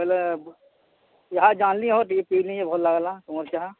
ହଁ ବୋଇଲେ ଇହାଦେ ଜାନ୍ଲି ହୋ ଟିକେ ପିଇଲି ଯେ ଭଲ୍ ଲାଗ୍ଲା ତୁମର୍ ଚାହା